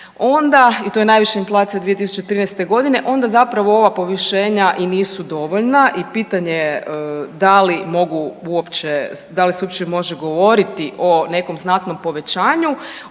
onda, i to je najviša inflacija od 2013. g. onda zapravo ova povišenja i nisu dovoljna i pitanje je da li mogu uopće, da li se uopće može govoriti o nekom znatnom povećanju,